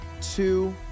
two